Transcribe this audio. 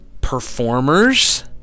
performers